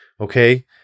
Okay